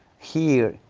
here,